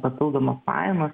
papildomas pajamas